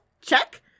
Check